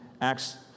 Acts